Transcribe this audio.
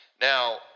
now